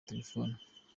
telefone